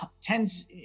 tens